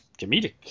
comedic